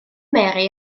mary